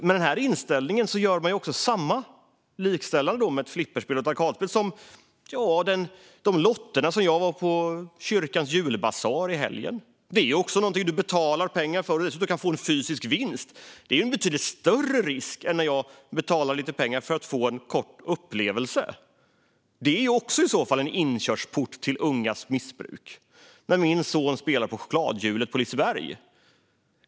Med den här inställningen gör man samma likställande som med flipper och arkadspel. Lotterna på kyrkans julbasar i helgen är också någonting som du betalar pengar för, och dessutom kan du få en fysisk vinst. Det är en betydligt större risk än när jag betalar lite pengar för att få en kort upplevelse. Det är i så fall också en inkörsport till ungas missbruk när min son spelar på chokladhjulet på Liseberg.